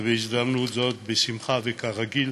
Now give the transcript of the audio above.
בהזדמנות זו, בשמחה, וכרגיל,